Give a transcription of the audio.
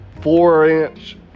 four-inch